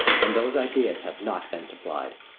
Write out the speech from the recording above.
and those ideas have not been supplied.